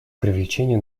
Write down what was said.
привлечение